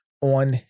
on